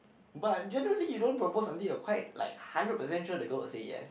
but generally you don't propose until you're quite like hundred percent sure the girl will say yes